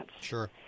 Sure